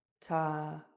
ta